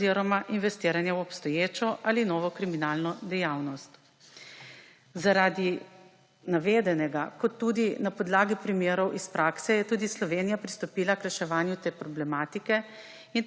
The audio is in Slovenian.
oziroma investiranja v obstoječo ali novo kriminalno dejavnost. Zaradi navedenega kot tudi na podlagi primerov iz prakse je tudi Slovenija pristopila k reševanju te problematike